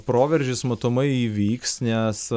proveržis matomai įvyks nes